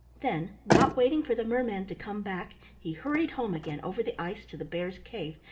then not waiting for the mermen to come back he hurried home again over the ice to the bears' cave,